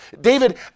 David